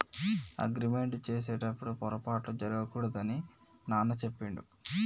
agreement చేసేటప్పుడు పొరపాట్లు జరగకూడదు అని నాన్న చెప్పిండు